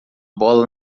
bola